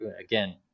again